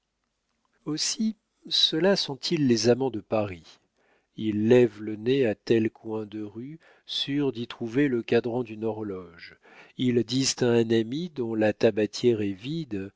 aussi ceux-là sont-ils les amants de paris ils lèvent le nez à tel coin de rue sûrs d'y trouver le cadran d'une horloge ils disent à un ami dont la tabatière est vide